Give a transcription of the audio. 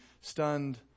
stunned